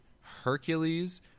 Hercules